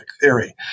theory